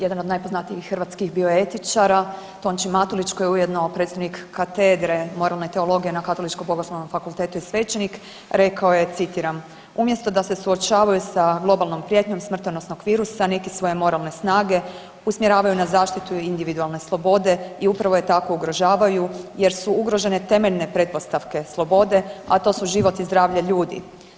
Jedan od najpoznatijih hrvatskih bioetičara Tonči Matulić koji je ujedno predstojnik katedre moralne teologije na Katoličko-bogoslovnom fakultetu i svećenik rekao je citiram: „Umjesto da se suočavaju s globalnom prijetnjom smrtonosnog virusa neki svoje moralne snage usmjeravaju na zaštitu individualne slobode i upravo je tako ugrožavaju jer su ugrožene temeljne pretpostavke slobode, a to su život i zdravlja ljudi.